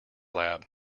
lab